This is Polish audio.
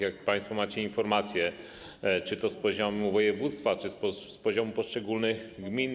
Jakie państwo macie informacje, czy to z poziomu województwa, czy to z poziomu poszczególnych gmin?